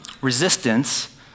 Resistance